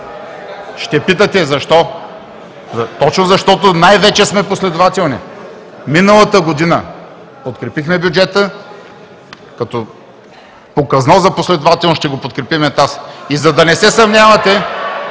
Ще питате защо? Точно защото най-вече сме последователни. Миналата година подкрепихме бюджета – като показно за последователност, ще го подкрепим и тази. И за да не се съмнявате